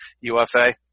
UFA